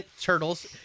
turtles